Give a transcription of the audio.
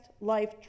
life